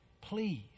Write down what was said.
Please